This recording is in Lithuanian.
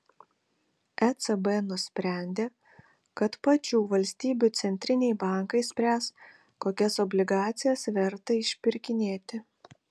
ecb nusprendė kad pačių valstybių centriniai bankai spręs kokias obligacijas verta išpirkinėti